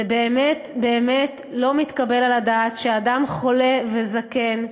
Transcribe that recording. זה באמת באמת לא מתקבל על הדעת שאדם חולה וזקן,